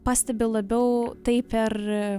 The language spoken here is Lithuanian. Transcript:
pastebiu labiau tai per